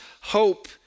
hope